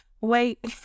wait